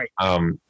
right